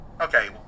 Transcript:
Okay